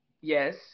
Yes